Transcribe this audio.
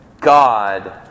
God